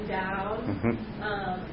down